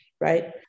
right